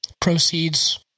Proceeds